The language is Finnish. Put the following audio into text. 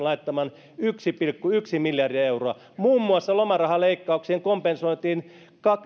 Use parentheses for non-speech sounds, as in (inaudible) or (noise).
(unintelligible) laittamaan yhteensä yksi pilkku yksi miljardia euroa muun muassa lomarahaleikkauksien kompensointiin